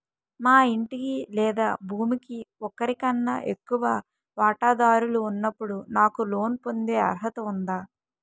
మా ఇంటికి లేదా భూమికి ఒకరికన్నా ఎక్కువ వాటాదారులు ఉన్నప్పుడు నాకు లోన్ పొందే అర్హత ఉందా?